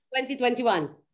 2021